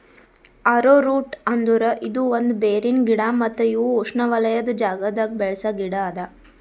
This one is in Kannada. ಅರೋರೂಟ್ ಅಂದುರ್ ಇದು ಒಂದ್ ಬೇರಿನ ಗಿಡ ಮತ್ತ ಇವು ಉಷ್ಣೆವಲಯದ್ ಜಾಗದಾಗ್ ಬೆಳಸ ಗಿಡ ಅದಾ